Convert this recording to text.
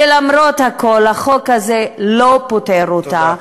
שלמרות הכול החוק הזה לא פותר אותה,